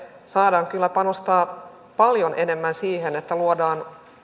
saamme kyllä panostaa paljon enemmän siihen että luodaan